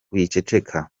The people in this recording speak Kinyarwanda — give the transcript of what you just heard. wiceceka